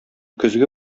көзге